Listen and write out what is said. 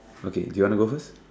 okay do you want to go first